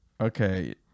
okay